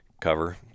cover